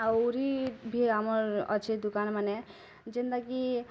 ଆହୁରି ଭି ଆମର୍ ଅଛି ଦୁକାନମାନେ ଯେନ୍ତା କି